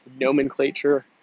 nomenclature